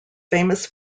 famous